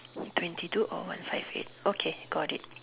twenty two or one side fit okay got it